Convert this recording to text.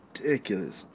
ridiculous